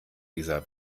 dieser